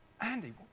Andy